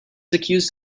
accused